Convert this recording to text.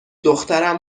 دخترم